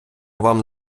вам